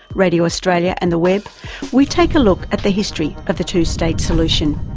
radio australia and the web we take a look at the history of the two state solution.